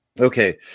okay